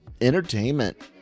Entertainment